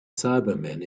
cybermen